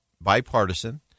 bipartisan